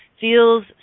feels